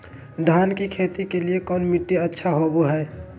धान की खेती के लिए कौन मिट्टी अच्छा होबो है?